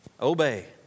Obey